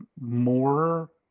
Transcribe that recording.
more